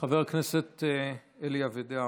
חבר הכנסת אלי אבידר,